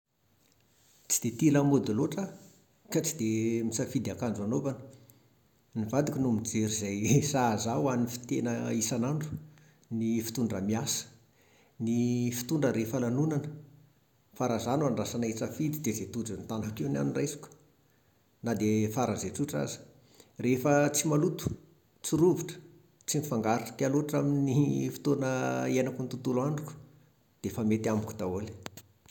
Tsy dia tia lamaody loatra aho ka tsy dia misafidy akanjo hanaovana. Ny vadiko no mijery izay sahaza ahy ho an'ny fitena isanandro, ny fitondra miasa, ny fitondra rehefa lanonana. Fa raha izaho no andrasana hisafidy dia izay tojo ny tanako eo ny ahy no raisiko, na dia faran'izay tsotra aza. Rehefa tsy maloto, tsy rovitra, tsy mifangarika loatra amin'ny fotoana iainako ny tontolo androko dia efa mety amiko daholo..